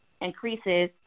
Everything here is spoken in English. increases